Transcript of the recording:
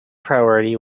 priority